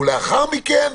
ולאחר מכן,